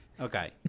okay